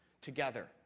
together